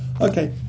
Okay